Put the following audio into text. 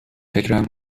فکرم